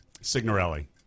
Signorelli